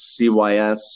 CYS